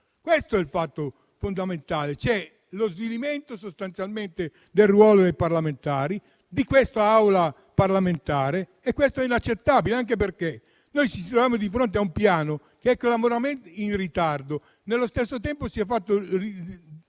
Questo è il fatto fondamentale. C'è lo svilimento del ruolo dei parlamentari, di questa Aula parlamentare, e questo è inaccettabile, anche perché noi ci troviamo di fronte a un Piano che è clamorosamente in ritardo. Nello stesso tempo si è definito un